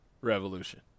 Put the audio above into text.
revolution